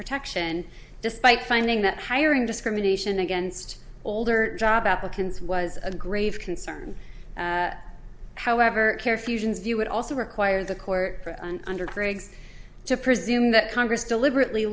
protection despite finding that hiring discrimination against older job applicants was a grave concern however care fusions view would also require the court under grades to presume that congress deliberately